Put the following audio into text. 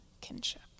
kinship